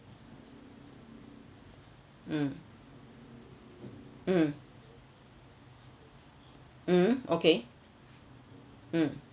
mm mm mm okay mm